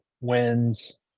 wins